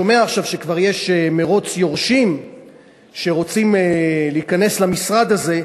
אני שומע עכשיו שיש כבר מירוץ יורשים שרוצים להיכנס למשרד הזה.